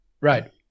Right